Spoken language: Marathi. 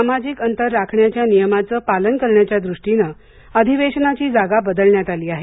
सामाजिक अंतर राखण्याच्या नियमाचं पालन करण्याच्या दृष्टीने अधिवेशनाची जागा बदलण्यात आली आहे